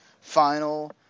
final